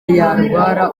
yarwara